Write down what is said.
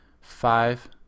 five